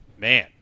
man